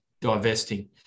divesting